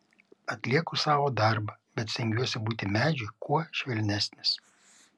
atlieku savo darbą bet stengiuosi būti medžiui kuo švelnesnis